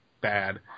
bad